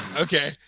Okay